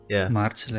March